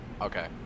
Okay